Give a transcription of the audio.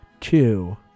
two